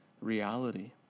reality